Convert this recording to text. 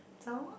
some more